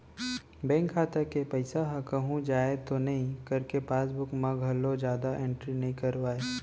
bank खाता के पइसा ह कहूँ जाए तो नइ करके पासबूक म घलोक जादा एंटरी नइ करवाय